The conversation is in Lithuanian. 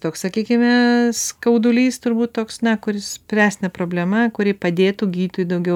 toks sakykime skaudulys turbūt toks na kuris spręstina problema kuri padėtų gydyti daugiau